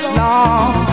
long